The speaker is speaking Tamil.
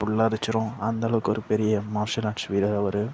புல்லரித்துடும் அந்தளவுக்கு ஒரு பெரிய மார்ஷியல் ஆட்ஸ் வீரர் அவர்